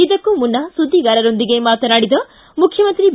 ಇದಕ್ಕೂ ಮುನ್ನ ಸುದ್ದಿಗಾರರೊಂದಿಗೆ ಮಾತನಾಡಿದ ಮುಖ್ಯಮಂತ್ರಿ ಬಿ